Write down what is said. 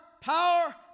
power